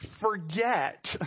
forget